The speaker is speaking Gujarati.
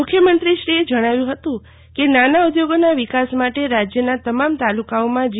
મુખ્યમંત્રીશ્રીએ જણાવ્યું હતું કે નાના ઉદ્યોગોના વિકાસ માટે રાજ્યના તમામ તાલુકાઓમાં જી